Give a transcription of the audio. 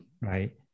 right